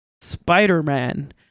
Spider-Man